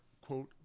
quote